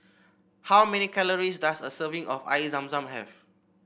how many calories does a serving of Air Zam Zam have